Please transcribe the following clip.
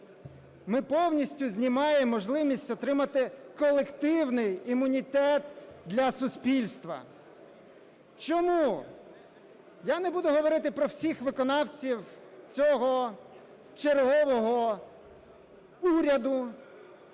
ми повністю знімаємо можливість отримати колективний імунітет для суспільства. Чому? Я не буду говорити про всіх виконавців цього чергового уряду,